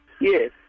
Yes